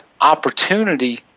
opportunity